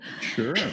Sure